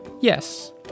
yes